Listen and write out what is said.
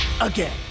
again